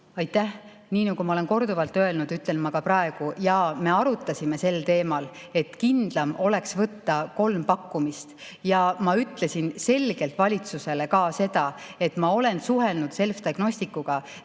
Aitäh! Nii nagu ma olen korduvalt öelnud, ütlen ma ka praegu: jaa, me arutasime sel teemal, et kindlam oleks võtta kolm pakkumist. Ja ma ütlesin selgelt valitsusele ka seda, et ma olen suhelnud Selfdiagnosticsiga, kelle puhul me teame ja ka